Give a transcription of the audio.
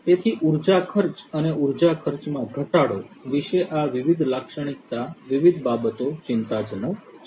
તેથી ઉર્જા ખર્ચ અને ઉર્જા ખર્ચમાં ઘટાડો વિશે આ વિવિધ લાક્ષણિકતા વિવિધ બાબતો ચિંતાજનક છે